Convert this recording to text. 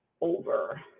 over